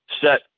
set